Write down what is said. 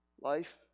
Life